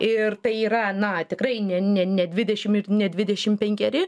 ir tai yra na tikrai ne ne ne dvidešim ir ne dvidešim penkeri